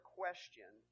question